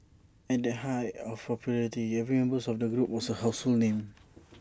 at the height of their popularity every members of the group was A household name